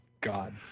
God